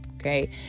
Okay